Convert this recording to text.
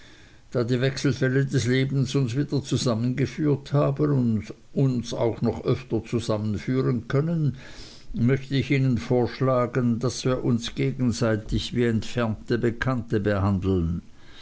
die wechselfälle des lebens uns wieder zusammengeführt haben und uns auch noch öfter zusammenführen können möchte ich ihnen vorschlagen daß wir uns gegenseitig wie entfernte bekannte behandeln